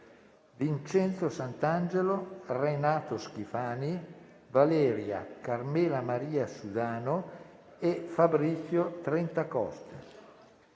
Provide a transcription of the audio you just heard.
Vincenzo Santangelo, Renato Schifani, Valeria Carmela Maria Sudano e Fabrizio Trentacoste;